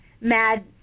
mad